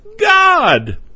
God